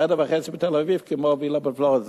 חדר וחצי בתל-אביב כמו וילה בפלורידה.